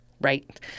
Right